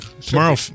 Tomorrow